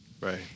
Right